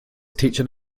teaching